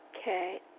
Okay